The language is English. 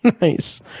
Nice